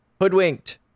Hoodwinked